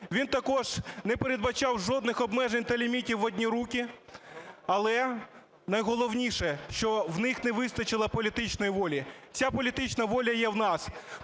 він також не передбачав жодних обмежень та лімітів в одні руки. Але найголовніше, що в них не вистачило політичної волі. Ця політична воля є в нас.